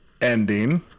ending